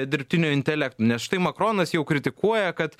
dirbtiniu intelektu nes štai makronas jau kritikuoja kad